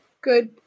good